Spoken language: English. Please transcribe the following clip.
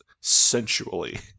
sensually